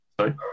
Sorry